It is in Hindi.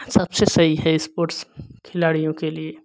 सबसे सही है स्पोर्ट्स खिलाड़ियों के लिए